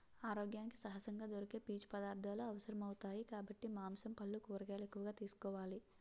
ఆరోగ్యానికి సహజంగా దొరికే పీచు పదార్థాలు అవసరమౌతాయి కాబట్టి మాంసం, పల్లు, కూరగాయలు ఎక్కువగా తీసుకోవాలి